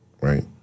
right